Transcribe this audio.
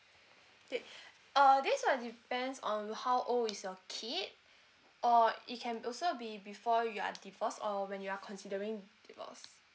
okay uh this one depends on how old is your kid or it can also be before you are divorced or when you are considering divorce